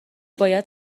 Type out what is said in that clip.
باید